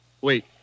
Wait